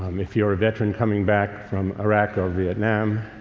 um if you're a veteran coming back from iraq or vietnam